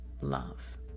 love